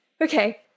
okay